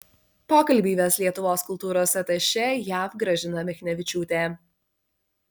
pokalbį ves lietuvos kultūros atašė jav gražina michnevičiūtė